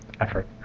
effort